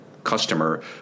customer